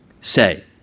say